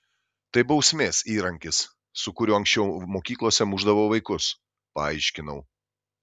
tai bausmės įrankis su kuriuo anksčiau mokyklose mušdavo vaikus paaiškinau